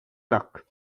luck